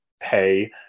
pay